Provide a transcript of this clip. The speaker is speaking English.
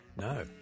no